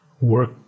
work